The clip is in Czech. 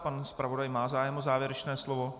Pan zpravodaj má zájem o závěrečné slovo?